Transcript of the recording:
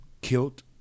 killed